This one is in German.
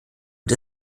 und